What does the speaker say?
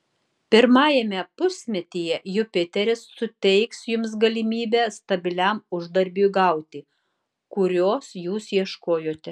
pirmajame pusmetyje jupiteris suteiks jums galimybę stabiliam uždarbiui gauti kurios jūs ieškojote